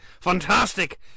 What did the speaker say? fantastic